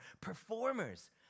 performers